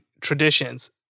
traditions